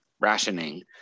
rationing